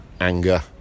Anger